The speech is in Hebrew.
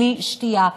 בלי שתייה.